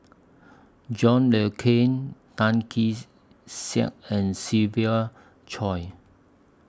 John Le Cain Tan Kee Sek and Siva Choy